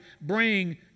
bring